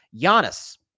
Giannis